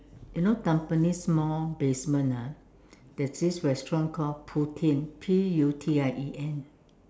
you know Tampines mall basement ah there's this restaurant called Putien P U T I E N